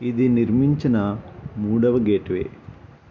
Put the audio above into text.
ఇది నిర్మించిన మూడవ గేట్వే